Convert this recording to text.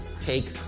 take